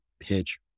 pitch